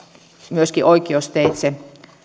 myöskin oikeusteitse